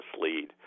lead